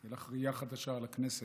תהיה לך ראייה חדשה על הכנסת.